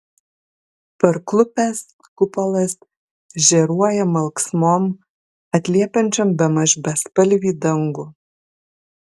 parklupęs kupolas žėruoja malksnom atliepiančiom bemaž bespalvį dangų